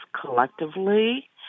collectively